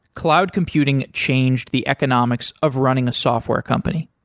cloud computing changed the economics of running a software company.